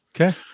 Okay